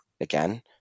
again